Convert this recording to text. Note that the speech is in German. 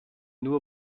nur